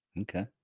Okay